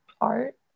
art